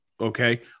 Okay